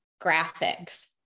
graphics